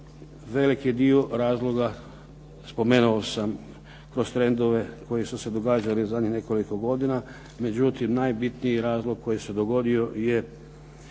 Veliki dio razloga spomenuo sam kroz trendove koji su se događali zadnjih nekoliko godina, međutim najbitniji razlog koji se dogodio je